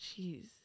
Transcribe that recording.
Jeez